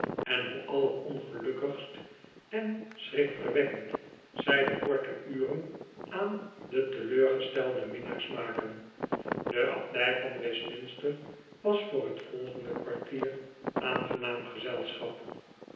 en hoe allerongelukkigst en schrikverwekkend zij de korte uren aan de teleurgestelde minnaars maken de abdij van westminster was voor t volgende kwartier aangenaam gezelschap